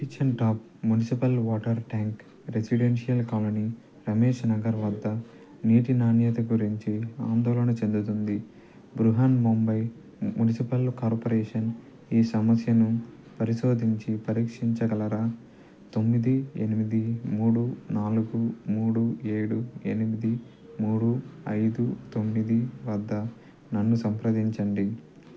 kitchen top municipal water tank residential colony Ramesh Nagar వద్ద నీటి నాణ్యత గురించి ఆందోళన చెందుతుంది బృహన్ ముంబై మునిసిపల్ కార్పొరేషన్ ఈ సమస్యను పరిశోధించి పరీక్షించగలరా తొమ్మిది ఎనిమిది మూడు నాలుగు మూడు ఏడు ఎనిమిది మూడు ఐదు తొమ్మిది వద్ద నన్ను సంప్రదించండి